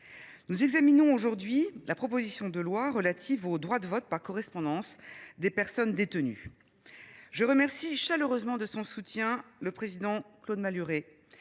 nous examinons aujourd’hui la proposition de loi relative au droit de vote par correspondance des personnes détenues. Je remercie chaleureusement de son soutien le président Claude Malhuret,